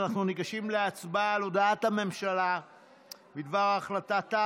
אנחנו ניגשים להצבעה על הודעת הממשלה בדבר החלטתה